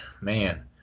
man